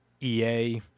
EA